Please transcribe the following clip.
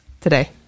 today